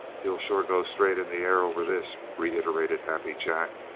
he'll sure go straight in the air over this, reiterated happy jack,